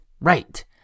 Right